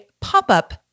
pop-up